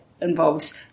involves